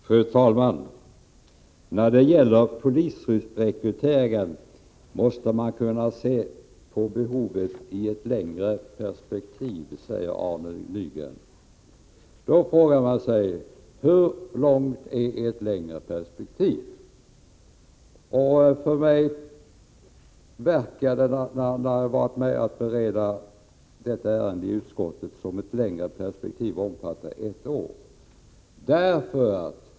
Fru talman! Arne Nygren säger att man måste se behovet av rekrytering till polisen i ett längre perspektiv. Då frågar man sig: Hur långt är ert längre perspektiv? För mig som varit med i beredningen av detta ärende i utskottet verkar det som om detta längre perspektiv omfattar ett år.